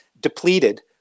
depleted